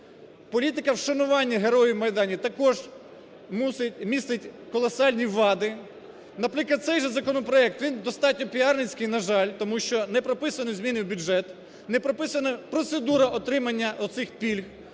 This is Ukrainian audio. політика вшанування Героїв Майдану також містить колосальні вади. Наприклад, цей законопроект він достатньо піарницький, на жаль, тому що не прописані зміни в бюджет, не прописана процедура отримання оцих пільг,